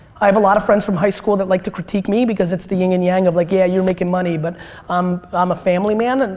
i have a lot of friends from high school that like to critique me because it's the ying and yang of like yeah, you're making money but i'm um a family man. and